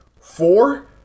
Four